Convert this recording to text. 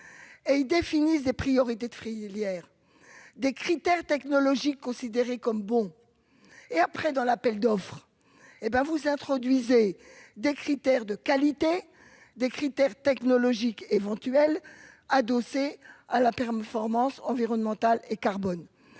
et il définit des priorités de Free lierre, des critères technologiques considéré comme bon et après dans l'appel d'offres et ben vous introduisez des critères de qualité des critères technologiques éventuelle adossée à la performance environnementale et carbone,